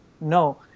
no